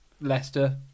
Leicester